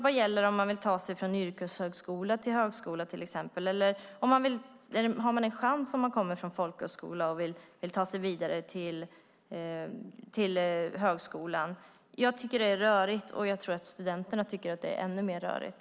Vad gäller om man vill ta sig från yrkeshögskola till högskola, till exempel? Har man en chans om man kommer från folkhögskola och vill ta sig vidare till högskolan? Jag tycker att det rörigt, och jag tror att studenterna tycker att det är ännu mer rörigt.